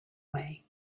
way